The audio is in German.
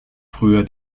früher